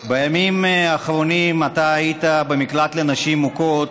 בימים האחרונים אתה היית במקלט לנשים מוכות,